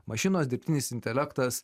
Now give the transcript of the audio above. mašinos dirbtinis intelektas